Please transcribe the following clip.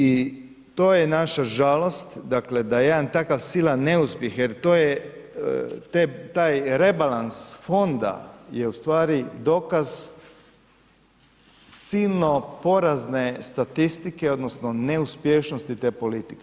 I to je naša žalost da jedan takav silan neuspjeh jer to je taj rebalans fonda je ustvari dokaz silno porazne statistike odnosno neuspješnosti te politike.